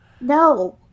No